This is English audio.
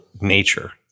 nature